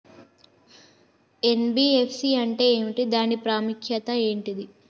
NBFC అంటే ఏమిటి దాని ప్రాముఖ్యత ఏంటిది?